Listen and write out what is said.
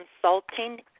Consulting